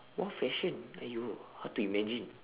what fashion !aiyo! how to imagine